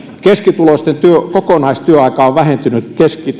keskituloisten kokonaistyöaika on vähentynyt